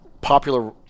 popular